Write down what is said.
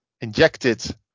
injected